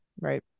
Right